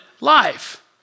life